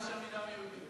מדם יהודי,